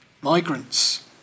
Migrants